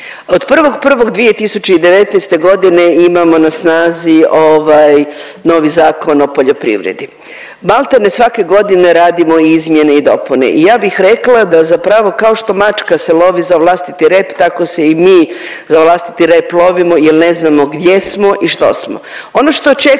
Od 1.1.2019.g. imamo na snazi ovaj novi Zakon o poljoprivredi. Malte ne svake godine radimo izmjene i dopune i ja bih rekla da zapravo kao što mačka se lovi za vlastiti rep tako se i mi za vlastiti rep lovimo jer ne znamo gdje smo i što smo.